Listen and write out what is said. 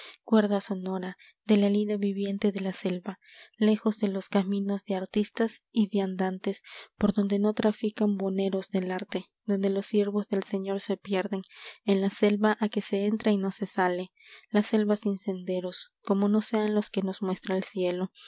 cuerda sonora de la lira viviente de la selva lejos de los caminos de artistas y viandantes por donde no trafican buhoneros del arte donde los siervos del señor se pierden en la selva a que se entra y no se sale la selva sin senderos como no sean los que nos muestra el cielo